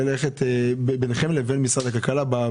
להסכם בין הסיעות.